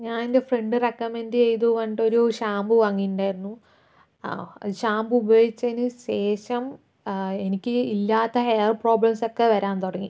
ഞാനെന്റെ friend recommend ചെയ്തു കൊണ്ട് ഒരു ഷാമ്പു വാങ്ങിയിട്ട് ഉണ്ടായിരുന്നു അത് ഷാമ്പു ഉപയോഗിച്ചതിനു ശേഷം എനിക്ക് ഇല്ലാത്ത ഹെയർ പ്രോബ്ലംസ് ഒക്കെ വരാൻ തുടങ്ങി